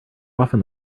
often